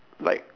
like